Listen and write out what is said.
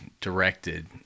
directed